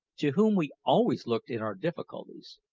to whom we always looked in our difficulties.